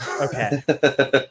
okay